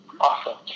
Awesome